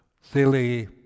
silly